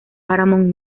paramount